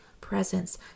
presence